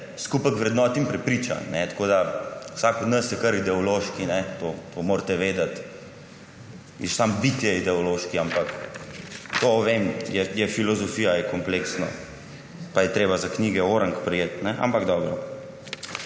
skupek vrednot in prepričanj, tako da vsak od nas je kar ideološki, to morate vedeti. Že sam bit je ideološki, ampak to, vem, je filozofija, je kompleksno pa je treba za knjige zelo prijeti, ampak dobro.